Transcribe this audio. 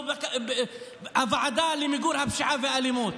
או ועדה למיגור הפשיעה והאלימות.